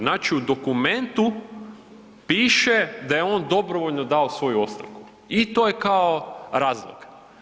Znači u dokumentu piše da je on dobrovoljno dao svoju ostavku i to je kao razlog.